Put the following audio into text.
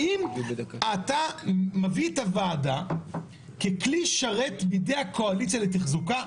האם אתה מביא את הוועדה ככלי שרת בידי הקואליציה לתחזוקה?